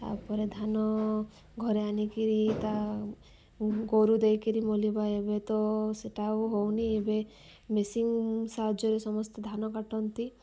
ତା'ପରେ ଧାନ ଘରେ ଆନିକିରି ତା ଗୋରୁ ଦେଇକିରି ମଲିବା ଏବେ ତ ସେଇଟା ଆଉ ହେଉନି ଏବେ ମେସିନ୍ ସାହାଯ୍ୟରେ ସମସ୍ତେ ଧାନ କାଟନ୍ତି